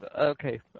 okay